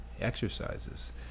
exercises